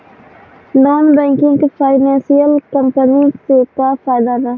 Non banking financial company से का फायदा बा?